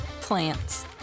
Plants